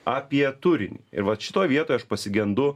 apie turinį ir vat šitoj vietoj aš pasigendu